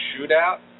shootout